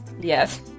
Yes